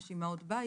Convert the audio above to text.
יש אימהות בית,